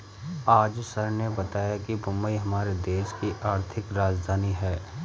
आज सर ने बताया कि मुंबई हमारे देश की आर्थिक राजधानी है